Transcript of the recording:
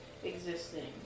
existing